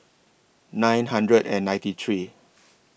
nine hundred and ninety three